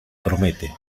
promete